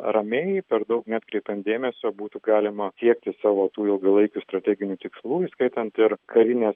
ramiai per daug neatkreipiant dėmesio būtų galima siekti savo tų ilgalaikių strateginių tikslų įskaitant ir karinės